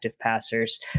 passers